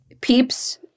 peeps